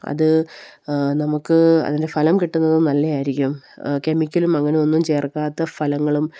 അത് നമുക്ക് അതിൻ്റെ ഫലം കിട്ടുന്നത് നല്ലതായിരിക്കും കെമിക്കലും അങ്ങനെയൊന്നും ചേർക്കാത്ത ഫലങ്ങളും